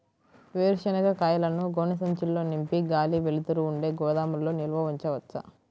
వేరుశనగ కాయలను గోనె సంచుల్లో నింపి గాలి, వెలుతురు ఉండే గోదాముల్లో నిల్వ ఉంచవచ్చా?